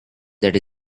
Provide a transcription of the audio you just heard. that